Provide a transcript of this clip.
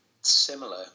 similar